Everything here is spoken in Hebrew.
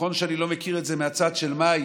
ונכון שאני לא מכיר את זה מהצד של מאי